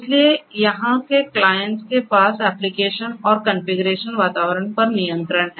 इसलिए यहां के क्लाइंट्स के पास एप्लिकेशन और कॉन्फ़िगरेशन वातावरण पर नियंत्रण है